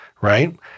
Right